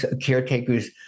Caretakers